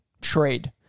trade